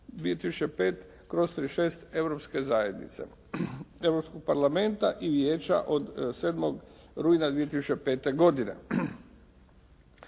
2005./36 Europske zajednice, Europskog parlamenta i Vijeća od 7.rujna 2005. godine.